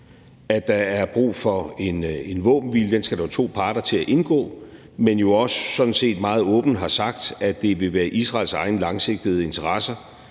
at der er brug for en våbenhvile – og den skal der jo to parter til at indgå – men jo sådan set også meget åbent har sagt, at det vil være i Israels egne langsigtede interesser